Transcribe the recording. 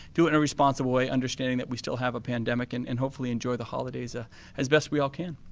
do it in a responsible way understanding that we still have a pandemic and and hopefully enjoy the holidays ah as best we all can.